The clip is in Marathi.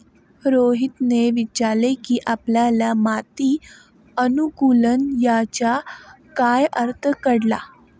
रोहितने विचारले की आपल्याला माती अनुकुलन याचा काय अर्थ कळला?